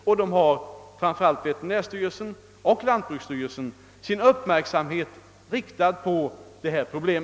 De har alla — framför allt veterinärstyrelsen och lantbruksstyrelsen — sin uppmärksamhet riktad på dessa problem.